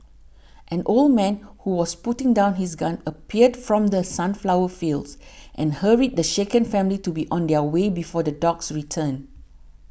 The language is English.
an old man who was putting down his gun appeared from the sunflower fields and hurried the shaken family to be on their way before the dogs return